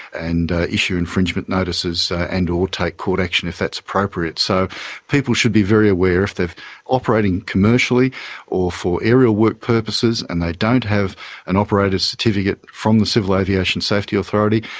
and issue infringement notices and or take court action if that's appropriate. so people should be very aware if they're operating commercially or for aerial work purposes and they don't have an operator's certificate from the civil aviation safety authority,